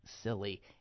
silly